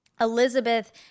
Elizabeth